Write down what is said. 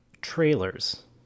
trailers